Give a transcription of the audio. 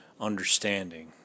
understanding